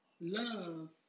love